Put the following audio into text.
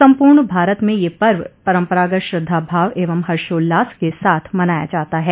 सम्पूर्ण भारत में यह पर्व परम्परागत श्रद्धाभाव एवं हर्षोल्लास के साथ मनाया जाता है